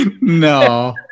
No